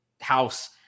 house